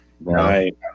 right